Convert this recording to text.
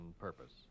purpose